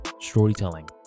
storytelling